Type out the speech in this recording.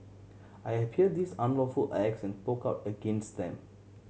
I appeared these unlawful acts and spoke out against them